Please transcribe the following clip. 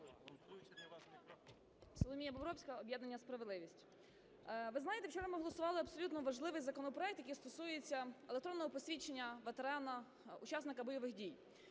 Соломія Бобровська, об'єднання "Справедливість". Ви знаєте, вчора ми голосувати абсолютно важливий законопроект, який стосується електронного посвідчення ветерана - учасника бойових дій.